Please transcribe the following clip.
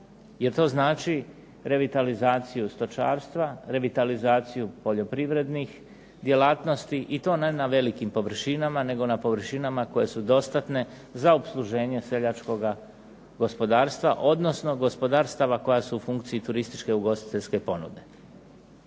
Jer to znači revitalizaciju stočarstva, revitalizaciju poljoprivrednih djelatnosti i to ne na velikim površinama, nego na površinama koje su dostatne za opsluženje seljačkoga gospodarstva, odnosno gospodarstava koja su u funkciji turističke ugostiteljske ponude.